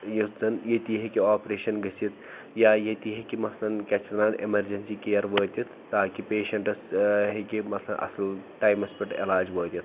یُس زَن ییٚتی ہیٚکہِ آپریشَن گٔژھِتھ یا ییٚتی ہیٚکہِ مثلاً کیاہ چھِ اَتھ وَنان ایٚمَرجَنسی کِیَر وٲتِتھ تاکہِ پیشَنٹَس ٲں ہیٚکہِ مثلاً اصٕل ٹایمَس پٮ۪ٹھ علاج وٲتِتھ